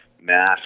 mass